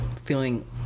Feeling